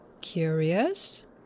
Curious